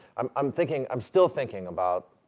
i'm i'm thinking, i'm still thinking about